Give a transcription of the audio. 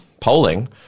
polling